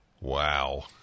Wow